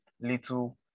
little